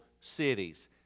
cities